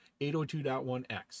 802.1x